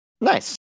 Nice